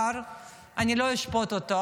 אני לא אשפוט אותו,